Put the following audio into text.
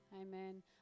amen